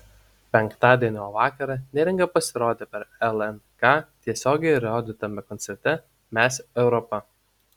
penktadienio vakarą neringa pasirodė per lnk tiesiogiai rodytame koncerte mes europa